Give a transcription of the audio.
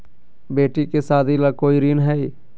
बेटी के सादी ला कोई ऋण हई?